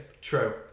true